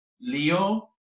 Leo